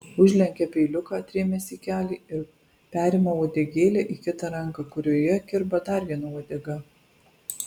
užlenkia peiliuką atrėmęs į kelį ir perima uodegėlę į kitą ranką kurioje kirba dar viena uodega